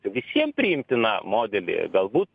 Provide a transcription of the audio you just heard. visiem priimtiną modelį galbūt